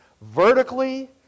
Vertically